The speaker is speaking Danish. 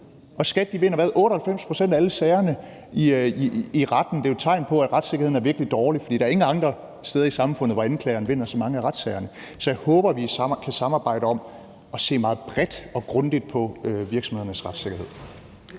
det er 98 pct. af alle sagerne i retten, og det er jo et tegn på, at retssikkerheden er virkelig dårlig, for der er ingen andre steder i samfundet, hvor anklageren vinder så mange af retssagerne. Så jeg håber, vi kan samarbejde om at se meget bredt og grundigt på virksomhedernes retssikkerhed.